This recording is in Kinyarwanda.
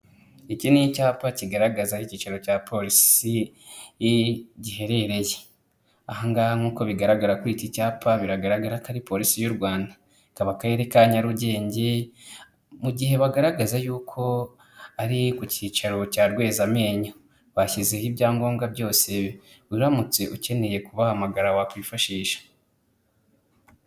Iki ni icyapa kigaragaza icyicaro cya polisi giherereye ahangaha nk'uko bigaragara kuri iki cyapa, biragaragara ko ari polisi y'urwanda, ikaba akarere ka Nyarugenge, mu gihe bagaragaza yuko ari ku cyicaro cya Rwezamenyo bashyizeho ibyangombwa byose uramutse ukeneye kubahamagara wakwifashisha.